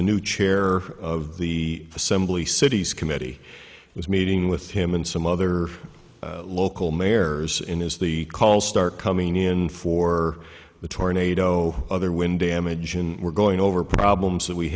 the new chair of the assembly cities committee was meeting with him and some other local mayors in his the calls start coming in for the tornado other wind damage and we're going over problems that we